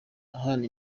uhana